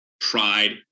pride